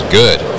good